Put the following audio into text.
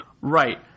Right